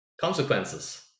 consequences